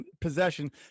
possession